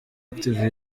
active